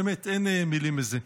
באמת, אין מילים לזה.